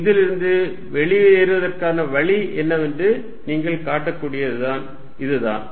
இதிலிருந்து வெளியேறுவதற்கான வழி என்னவென்று நீங்கள் காட்டக்கூடியது இதுதான்